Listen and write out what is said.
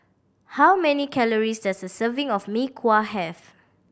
how many calories does a serving of Mee Kuah have